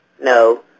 No